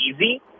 easy